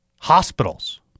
hospitals